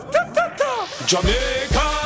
Jamaica